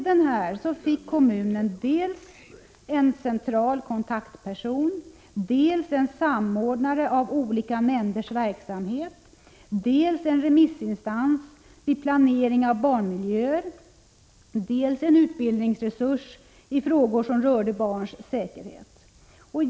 Därmed fick kommunen dels en central kontaktperson, dels en samordnare av olika nämnders verksamhet, dels en remissinstans vid planering av barnmiljöer, dels en utbildningsresurs i frågor som rörde barns säkerhet.